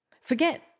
Forget